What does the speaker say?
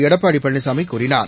எடப்பாடி பழனிசாமி கூறினார்